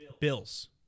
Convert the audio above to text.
Bills